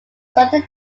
certain